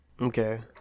Okay